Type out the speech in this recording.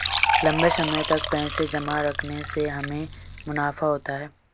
लंबे समय तक पैसे जमा रखने से हमें मुनाफा होता है